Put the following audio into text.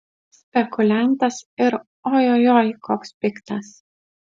spekuliantas ir ojojoi koks piktas